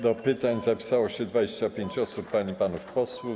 Do pytań zapisało się 25 osób, pań i panów posłów.